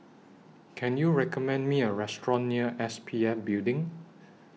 Can YOU recommend Me A Restaurant near S P F Building